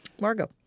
Margot